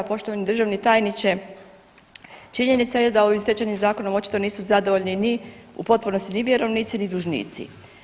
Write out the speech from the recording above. Poštovani državni tajniče činjenica je da ovim Stečajnim zakonom očito nisu zadovoljni ni, u potpunosti ni vjerovnici, ni dužnici.